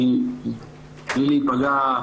בלי להיפגע,